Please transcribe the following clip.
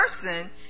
person